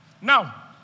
Now